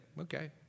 Okay